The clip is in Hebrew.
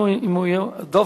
ואם הוא לא יהיה, חבר